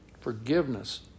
forgiveness